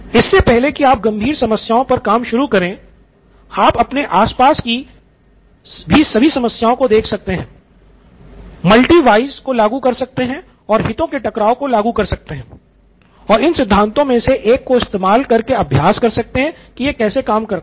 इससे पहले कि आप गंभीर समस्याओं पर काम शुरू करे आप अपने आस पास की भी सभी समस्याओं को देख सकते हैं मल्टी व्हयस को लागू कर सकते हैं हितों के टकराव को लागू कर सकते हैं और इन सिद्धांतों में से एक को इस्तेमाल कर के अभ्यास कर सकते हैं की यह कैसे काम करता है